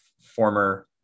Former